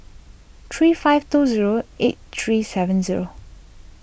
three five two zero eight three seven zero